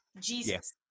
Jesus